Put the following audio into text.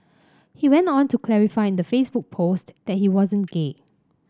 he went on to clarify in the Facebook post that he wasn't gay